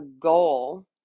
goal